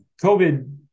COVID